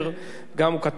על חיים משותפים.